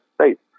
States